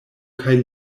kaj